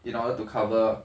in order to cover